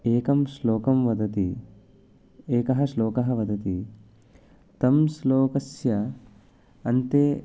एकं श्लोकं वदति एकः श्लोकः वदति तं श्लोकस्य अन्ते